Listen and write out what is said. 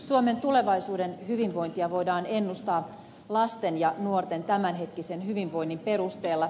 suomen tulevaisuuden hyvinvointia voidaan ennustaa lasten ja nuorten tämänhetkisen hyvinvoinnin perusteella